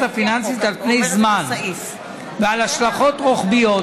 הפיננסית על פני זמן והשלכות רוחביות,